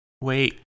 Wait